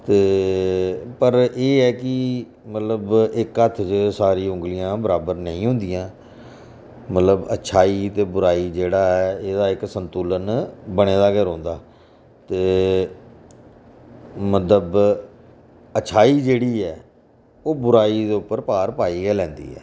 ते पर एह् ऐ कि मतलब इक हत्थ च सारी उंगलियां बराबर नेईं होंदियां मतलब अच्छाई ते बुराई जेह्ड़ा ऐ एह्दा इक संतुलन बने दा गै रौंह्दा ते मतलब अच्छाई जेह्ड़ी ऐ ओह् बुराई जे उप्पर पार पाई गै लांदी ऐ